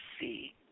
see